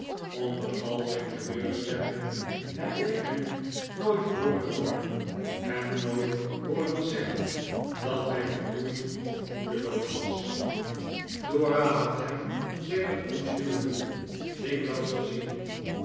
onder al zijn teleurstellingen heb ik hem nooit hooren morren hem nooit hooren zeggen dat hij vermoeid of moedeloos was dora had hem sedert ons huwelijk dikwij is gezien